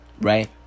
right